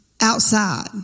Outside